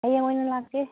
ꯍꯌꯦꯡ ꯑꯣꯏꯅ ꯂꯥꯛꯀꯦ